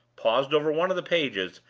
paused over one of the pages,